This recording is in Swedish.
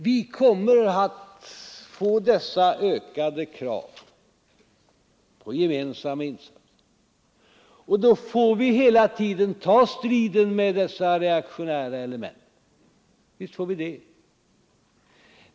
Vi kommer att möta ökade krav på gemensamma insatser, och då får vi hela tiden ta striden med dessa reaktionära element.